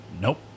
Nope